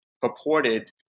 purported